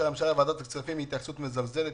הממשלה בוועדת הכספים היא התייחסות מזלזלת,